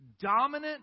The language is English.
dominant